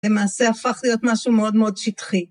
למעשה הפך להיות משהו מאוד מאוד שטחי.